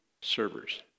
servers